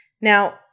Now